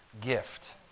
gift